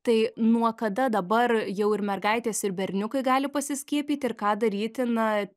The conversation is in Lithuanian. tai nuo kada dabar jau ir mergaitės ir berniukai gali pasiskiepyti ir ką daryti na